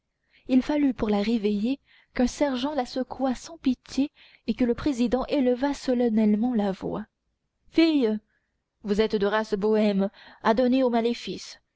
il fallut pour la réveiller qu'un sergent la secouât sans pitié et que le président élevât solennellement la voix fille vous êtes de race bohème adonnée aux maléfices